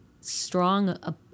strong